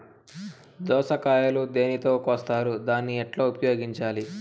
దోస కాయలు దేనితో కోస్తారు దాన్ని ఎట్లా ఉపయోగించాలి?